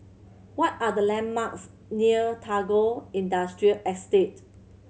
what are the landmarks near Tagore Industrial Estate